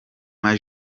mama